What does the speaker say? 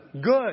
good